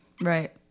Right